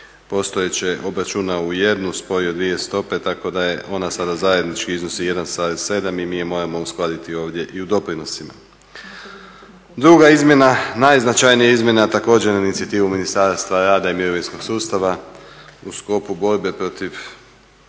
postojeće obračunao u jednu, spojio dvije stope tako da je ona sada zajednički i iznosi 1,7 i mi je moramo uskladiti ovdje i u doprinosima. Druga izmjena najznačajnija izmjena također na inicijativu Ministarstva rada i mirovinskog sustava u sklopu borbe protiv,